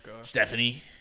Stephanie